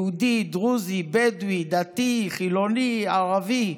יהודי, דרוזי, בדואי, דתי, חילוני, ערבי,